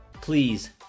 please